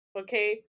okay